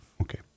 Okay